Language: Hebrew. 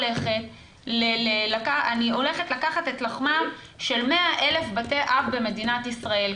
הולכת לקחת את לחמם של 100,000 בתי אב בישראל,